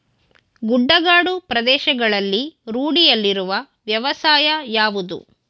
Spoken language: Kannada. ಗುಡ್ಡಗಾಡು ಪ್ರದೇಶಗಳಲ್ಲಿ ರೂಢಿಯಲ್ಲಿರುವ ವ್ಯವಸಾಯ ಯಾವುದು?